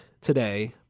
today